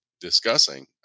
discussing